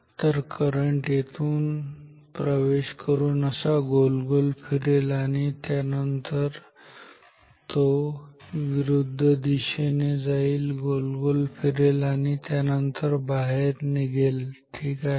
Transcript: तर करंट येथून प्रवेश करून असा गोल गोल फिरेल आणि त्यानंतर येतो विरुद्ध दिशेने जाईल गोल गोल फिरेल आणि त्यानंतर बाहेर निघेल ठीक आहे